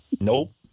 Nope